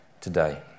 today